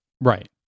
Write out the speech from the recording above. right